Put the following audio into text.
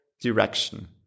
direction